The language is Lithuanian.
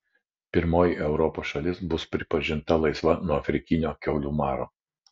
pirmoji europos šalis bus pripažinta laisva nuo afrikinio kiaulių maro